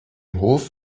hof